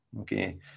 okay